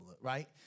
right